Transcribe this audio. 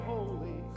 Holy